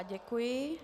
Děkuji.